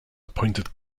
appointed